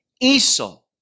Esau